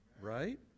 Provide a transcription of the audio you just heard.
right